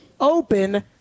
open